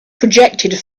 projected